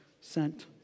sent